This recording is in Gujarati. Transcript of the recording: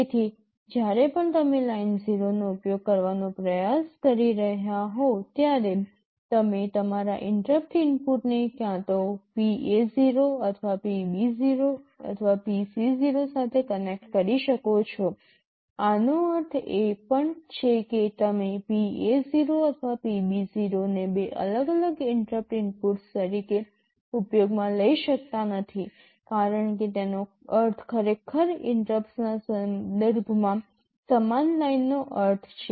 તેથી જ્યારે પણ તમે લાઇન0 નો ઉપયોગ કરવાનો પ્રયાસ કરી રહ્યા હો ત્યારે તમે તમારા ઇન્ટરપ્ટ ઇનપુટને ક્યાં તો PA0 અથવા PB0 અથવા PC0 સાથે કનેક્ટ કરી શકો છો આનો અર્થ એ પણ છે કે તમે PA0 અને PB0 ને બે અલગ અલગ ઇન્ટરપ્ટ ઇનપુટ્સ તરીકે ઉપયોગમાં લઈ શકતા નથી કારણ કે તેનો અર્થ ખરેખર ઇન્ટરપ્ટના સંદર્ભમાં સમાન લાઇનનો અર્થ છે